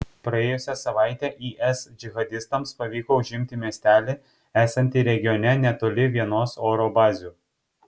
praėjusią savaitę is džihadistams pavyko užimti miestelį esantį regione netoli vienos oro bazių